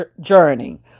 journey